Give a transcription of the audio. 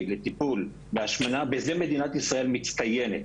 לטיפול בהשמנה ובזה מדינת ישראל מצטיינת.